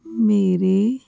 ਮੇਰੇ